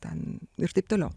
ten ir taip toliau